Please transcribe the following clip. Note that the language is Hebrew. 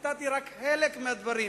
וציטטתי רק חלק מהדברים,